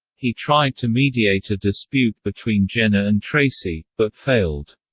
he tried to mediate a dispute between jenna and tracy, but failed.